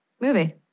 movie